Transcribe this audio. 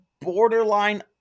borderline